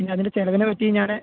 പിന്നതിൻ്റെ ചെലവിനെ പറ്റി ഞാൻ